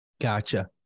Gotcha